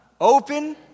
open